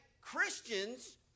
Christians